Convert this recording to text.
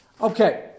Okay